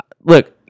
Look